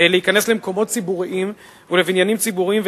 להיכנס למקומות ציבוריים ולבניינים ציבוריים,